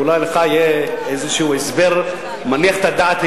ואולי לך יהיה איזה הסבר מניח את הדעת,